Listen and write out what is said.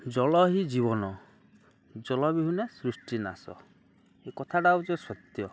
ଜଳ ହିଁ ଜୀବନ ଜଳ ବିହୁୁନେ ସୃଷ୍ଟି ନାଶ ଏ କଥାଟା ହଉଛେ ସତ୍ୟ